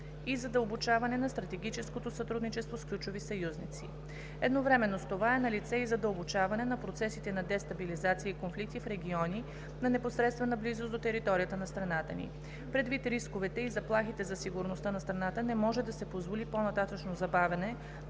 и задълбочаване на стратегическото сътрудничество с ключови съюзници. Едновременно с това е налице и задълбочаване на процесите на дестабилизация и конфликти в региони на непосредствена близост до територията на страната ни. Предвид рисковете и заплахите за сигурността на страната не може да се позволи по нататъшно забавяне